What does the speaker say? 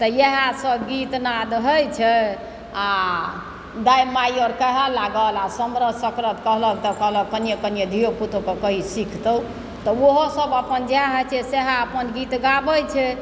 तऽ इएहसभ गीतनाद होइत छै आ दाइ माइ अर कहय लागल सकरत सकरत कहलक तऽ कनिओ कनिओ धियो पुतोके कहि सिखतय तऽ ओहोसभ अपन जएह होइ छै स्याहे अपन गीत गाबय छै